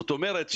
זאת אומרת,